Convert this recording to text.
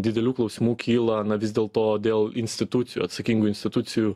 didelių klausimų kyla na vis dėl to dėl institucijų atsakingų institucijų